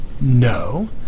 No